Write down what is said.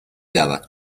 دعوت